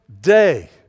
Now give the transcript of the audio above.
day